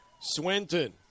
Swinton